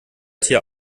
tier